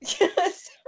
Yes